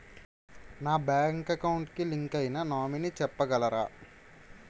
నా bank account కి link అయినా నామినీ చెప్పగలరా?